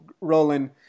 rolling